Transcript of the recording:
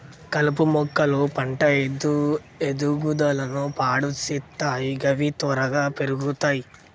కలుపు మొక్కలు పంట ఎదుగుదలను పాడు సేత్తయ్ గవి త్వరగా పెర్గుతయ్